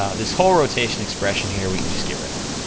ah this whole rotation expression here, we can just get rid of.